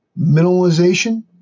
minimalization